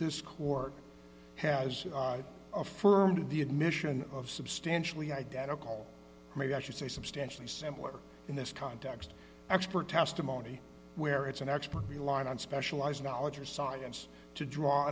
this court has affirmed the admission of substantially identical maybe i should say substantially similar in this context expert testimony where it's an expert relying on specialized knowledge or science to draw